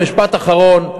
ומשפט אחרון,